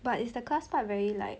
but is the class part very like